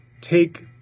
take